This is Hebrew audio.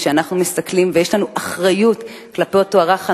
כשאנחנו מסתכלים ויש לנו אחריות כלפי הרך הנולד,